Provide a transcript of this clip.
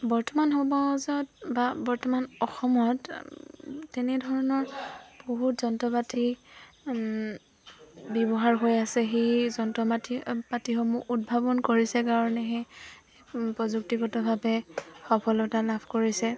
বৰ্তমান সমাজত বা বৰ্তমান অসমত তেনেধৰণৰ বহুত যন্ত্ৰ পাতি ব্যৱহাৰ হৈ আছে সেই যন্ত্ৰ মাতি পাতিসমূহ উদ্ভাৱন কৰিছে কাৰণেহে প্ৰযুক্তিগতভাৱে সফলতা লাভ কৰিছে